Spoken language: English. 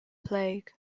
plague